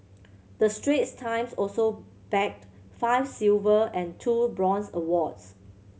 the Straits Times also bagged five silver and two bronze awards